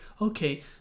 okay